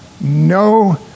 no